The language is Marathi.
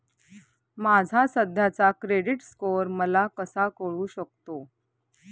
माझा सध्याचा क्रेडिट स्कोअर मला कसा कळू शकतो?